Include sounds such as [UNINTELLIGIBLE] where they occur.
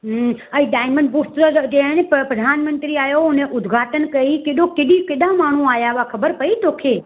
अड़े diamond boots जो [UNINTELLIGIBLE] प्रधानमंत्री आयो हो उनजो उद्घाटन कयाईं केॾो केॾी केॾा माण्हू आया हुआ ख़बर पई तोखे